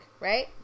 Right